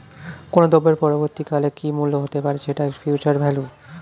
কোনো দ্রব্যের পরবর্তী কালে কি মূল্য হতে পারে, সেটা ফিউচার ভ্যালু